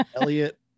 Elliot